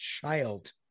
child